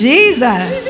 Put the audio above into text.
Jesus